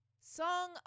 Song